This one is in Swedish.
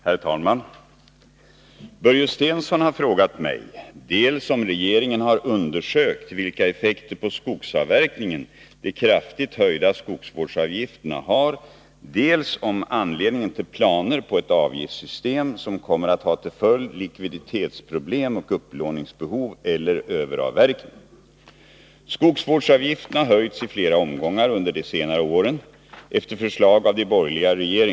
Herr talman! Jag vill tacka Svante Lundkvist för svaret på min fråga. Bakgrunden till frågan är de uppgifter om en ny socialdemokratisk skogspolitik som under innevarande riksmöte med växlande styrka och intensitet har förekommit i massmedia. Jag bor i en bygd där kombinationen jordbruk och skogsbruk är en vanligt förekommande ägandeoch brukningsform. Man känner där mycket stark oro och undrar vad den nya socialdemokratiska skogspolitiken egentligen innebär.